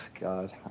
God